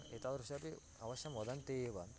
एतादृशमपि अवश्यं वदन्ति एव